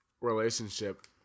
relationship